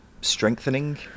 strengthening